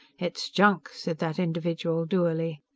it's junk, said that individual dourly.